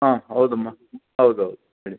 ಹಾಂ ಹೌದಮ್ಮ ಹೌದೌದು ಹೇಳಿ